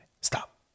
stop